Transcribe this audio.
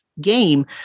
game